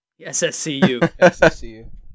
SSCU